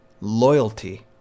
loyalty